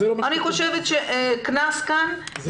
צריך להיות כאן קנס.